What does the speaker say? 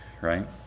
right